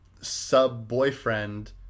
sub-boyfriend